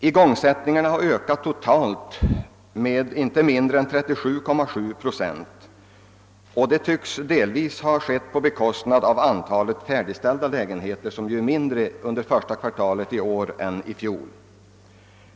Igångsättningarna har ökat totalt med inte mindre än 37,7 procent, och det tycks delvis ha skett på bekostnad av antalet färdigställda lägenheter, som ju är mindre under första kvartalet i år än under motsvarande tid i fjol.